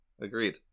agreed